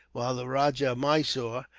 while the rajah of mysore,